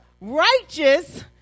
righteous